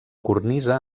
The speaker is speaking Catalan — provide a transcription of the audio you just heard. cornisa